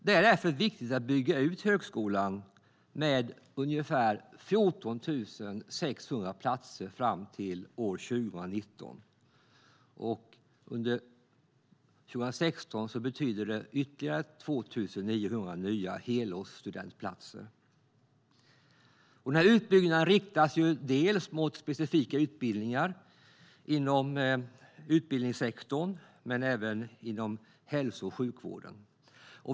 Därför är det viktigt att bygga ut högskolan med ungefär 14 600 helårsplatser fram till 2019. Under 2016 handlar det om ytterligare 2 900 nya helårsplatser. Utbyggnaden riktas mot specifika utbildningar dels inom utbildningssektorn, dels inom hälso och sjukvården.